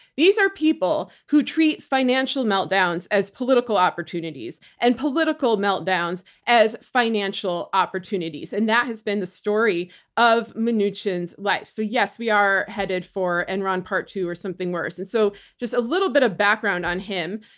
these are people who treat financial meltdowns as political opportunities and political meltdowns as financial opportunities. and that has been the story of mnuchin's life. so yes, we are headed for enron part two or something worse. and so, just a little bit of background on him.